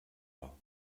war